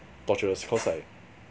torturous cause like